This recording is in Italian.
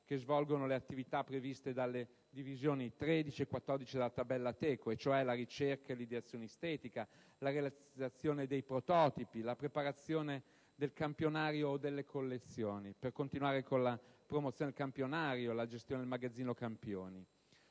che svolgono le attività previste alle divisioni 13 e 14 della tabella ATECO e cioè: ricerca e ideazione estetica; realizzazione dei prototipi; preparazione del campionario o delle collezioni; promozione del campionario; gestione del magazzino campioni.